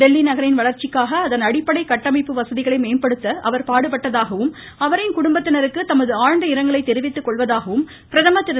தில்லி நகரின் வளர்ச்சிக்காக அதன் அடிப்படை கட்டமைப்பு வசதிகளை மேம்படுத்த அவர் பாடுபட்டதாகவும் அவரின் குடும்பத்தினருக்கு தமது ஆழ்ந்த இரங்கலை தெரிவித்துக் கொள்ளவதாகவும் பிரதமா் திரு